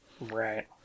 Right